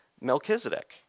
Melchizedek